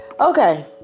Okay